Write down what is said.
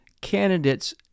candidates